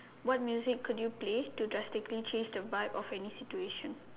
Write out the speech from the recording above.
what music could you play to drastically change the vibe of any situation